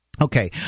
Okay